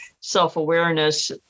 self-awareness